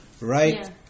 right